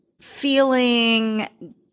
feeling